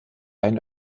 ein